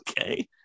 okay